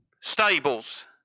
stables